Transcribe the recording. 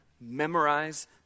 Memorize